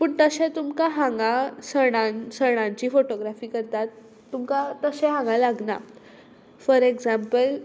पूण तशें तुमकां हांगा सणां सणांची फोटोग्रॅफी करतात तुमकां तशें हांगा लागना फॉर एग्जाम्पल